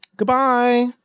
Goodbye